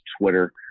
Twitter